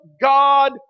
God